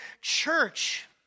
church